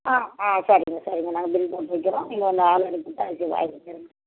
ஆ ஆ சரிங்க சரிங்க நாங்கள் பில் போட்டு வைக்கிறோம் நீங்கள் வந்து ஆள் அனுப்பிவிட்டு எல்லாத்தையும் வாங்கிக்கிருங்க